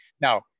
Now